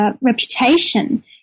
reputation